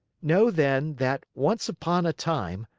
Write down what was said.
know, then, that, once upon a time,